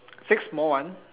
six small ones